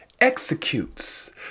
executes